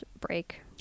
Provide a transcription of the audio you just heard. break